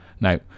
Now